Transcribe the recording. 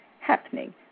happening